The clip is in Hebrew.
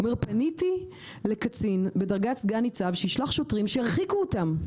הוא אומר פניתי לקצין בדרגת סגן ניצב שישלח שוטרים שירחיקו אותם.